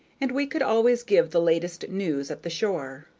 and we could always give the latest news at the shore.